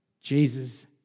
Jesus